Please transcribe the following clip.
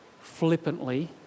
flippantly